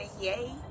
yay